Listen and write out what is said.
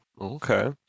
Okay